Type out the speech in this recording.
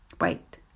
Wait